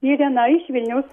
irena iš vilniaus